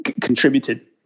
contributed